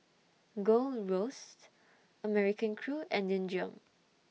Gold Roast American Crew and Nin Jiom